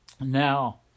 Now